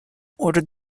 ordered